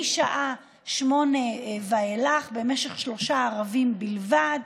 משעה 20:00 ואילך, במשך שלושה ערבים בלבד,